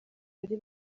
bari